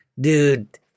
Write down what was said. Dude